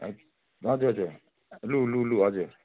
हजुर हजुर लु लु लु हजुर